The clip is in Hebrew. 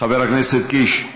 חבר הכנסת קיש,